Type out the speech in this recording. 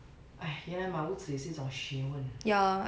原来买屋子也是一种学问